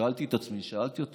שאלתי את